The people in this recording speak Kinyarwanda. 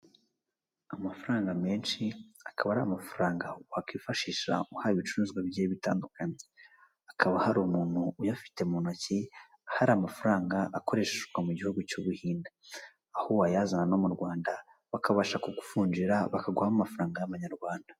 Amafaranga menshi akaba ari amafaranga wakwifashisha uhaha ibicuruzwa bigiye bitandukanye, hakaba hari umuntu uyafite mu ntoki. Hari amafaranga akoresheshwa mu gihugu cy'ubuhinde, aho wayazana no mu Rwanda bakabasha kukuvunjira bakaguha amafaranga y'amanyarwanda.